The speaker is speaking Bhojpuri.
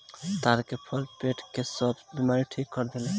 ताड़ के फल पेट के सब बेमारी ठीक कर देला